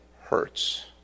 hurts